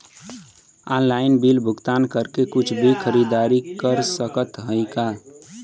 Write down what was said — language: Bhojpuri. ऑनलाइन बिल भुगतान करके कुछ भी खरीदारी कर सकत हई का?